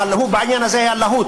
אבל בעניין הזה הוא היה להוט,